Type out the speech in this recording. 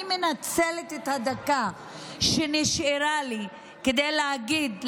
אני מנצלת את הדקה שנשארה לי כדי להגיד,